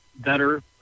better